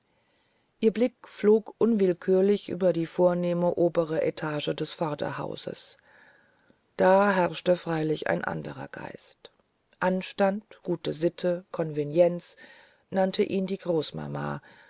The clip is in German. ihr blick flog unwillkürlich über die vornehme obere etage des vorderhauses da herrschte freilich ein anderer geist anstand gute sitte konvenienz nannte ihn die großmama